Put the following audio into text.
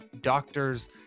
doctors